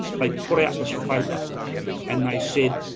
they put out this paper and they said,